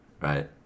right